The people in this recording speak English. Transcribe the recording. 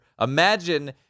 Imagine